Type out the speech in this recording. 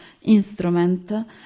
instrument